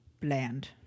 bland